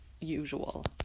usual